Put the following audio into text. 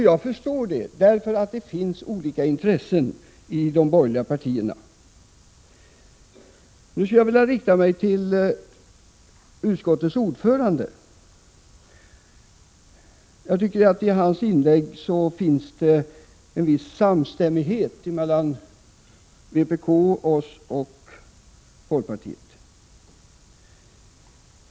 Jag förstår det, eftersom de borgerliga partierna har olika intresseinriktningar. Av utskottsordförandens inlägg här får man intrycket att det fanns en viss samstämmighet mellan vpk, folkpartiet och socialdemokraterna.